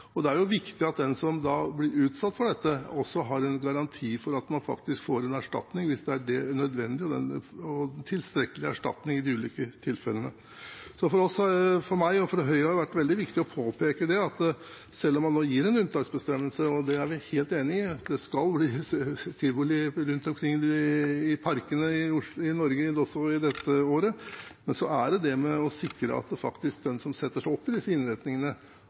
og det er viktig at den som blir utsatt for dette, også har en garanti for at man får en erstatning hvis det er nødvendig – og tilstrekkelig erstatning – i de ulike tilfellene. For meg og for Høyre har det vært veldig viktig å påpeke at selv om man nå gir en unntaksbestemmelse – og det er vi helt enig i, det skal bli tivoli rundt omkring i parkene i Norge også dette året – må man sikre at den som setter seg opp i disse innretningene,